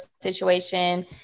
situation